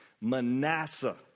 Manasseh